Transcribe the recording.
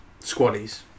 squaddies